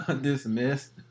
Dismissed